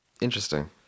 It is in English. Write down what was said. Interesting